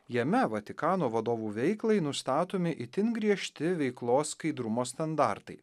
jame vatikano vadovų veiklai nustatomi itin griežti veiklos skaidrumo standartai